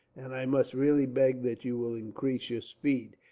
and i must really beg that you will increase your speed.